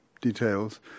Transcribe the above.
details